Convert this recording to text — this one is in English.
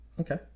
okay